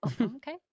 Okay